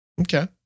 Okay